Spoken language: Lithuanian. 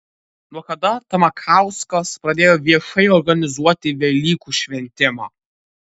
nuo kada tamakauskas pradėjo viešai organizuoti velykų šventimą